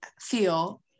feel